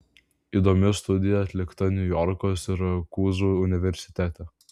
įdomi studija atlikta niujorko sirakūzų universitete